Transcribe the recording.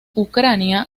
ucrania